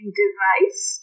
device